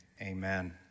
amen